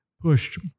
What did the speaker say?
pushed